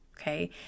Okay